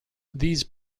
these